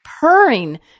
purring